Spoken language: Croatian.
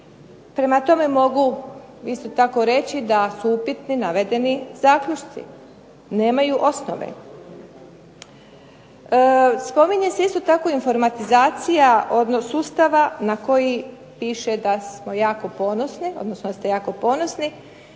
prema tome mogu isto tako reći da su upitni navedeni zaključci, nemaju osnove. Spominje se isto tako informatizacija sustava na koji piše da ste jako ponosni, međutim ipak je